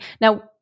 Now